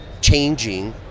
changing